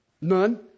None